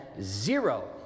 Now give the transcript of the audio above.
zero